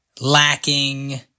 lacking